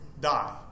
die